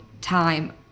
time